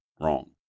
wrong